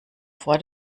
vor